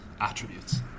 attributes